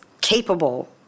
capable